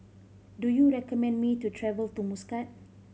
do you recommend me to travel to Muscat